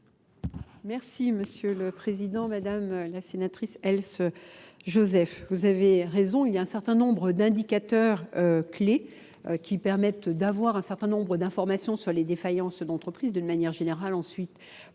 Merci Monsieur le Président, Madame la Sénatrice Else-Joseph. Vous avez raison, il y a un certain nombre d'indicateurs clés qui permettent d'avoir un certain nombre d'informations sur les défaillances d'entreprises, de manière générale ensuite,